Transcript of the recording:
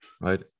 right